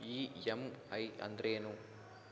EMI ಅಂದ್ರೇನು?